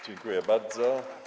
Dziękuję bardzo.